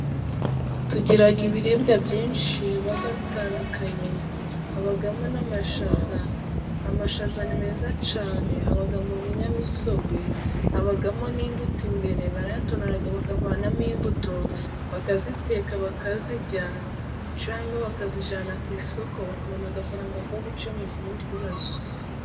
Tugira ibiribwa byinshi biba bitandukanye, habamo n'amashaza, amashaza meza cyane, aba mu binyamisogwe, abamo n'imbuto, imbere barayatonora bakavanamo imbuto, bakaziteka bakazirya, cyangwa bakazijyana ku isoko bakabona agafaranga ko gukemuza ibindi bibazo.